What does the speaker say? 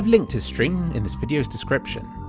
linked his stream in this video's description.